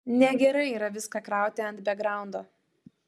negerai yra viską krauti ant bekgraundo